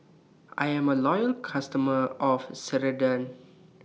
I Am A Loyal customer of Ceradan